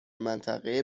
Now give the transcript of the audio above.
منطقه